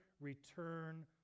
return